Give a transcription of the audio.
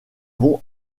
vont